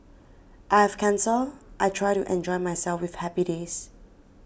I have cancer I try to enjoy myself with happy days